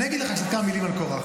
אני אגיד לך כמה מילים על קרח.